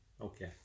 okay